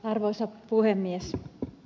arvoisa puhemies